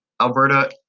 Alberta